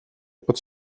pod